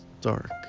dark